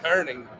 Turning